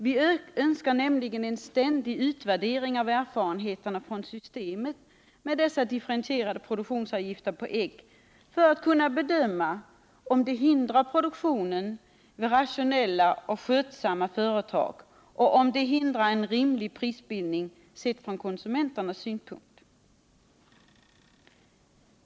Vi önskar nämligen en ständig utvärdering av erfarenheterna från systemet med differentierade produktionsavgifter på ägg för att kunna bedöma om det hindrar produktionen vid rationella och skötsamma företag, och om det hindrar en rimlig prisbildning sett från konsumenternas synpunkt.